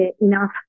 enough